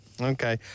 Okay